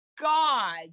God